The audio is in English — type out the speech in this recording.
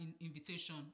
invitation